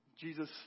Jesus